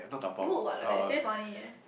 good what like that you save money eh